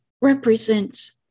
represents